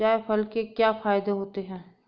जायफल के क्या फायदे होते हैं?